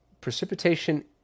precipitation